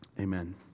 Amen